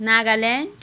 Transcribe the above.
Nagaland